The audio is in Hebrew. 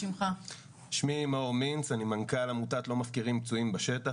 אני מנכ"ל עמותת לא מפקירים פצועים בשטח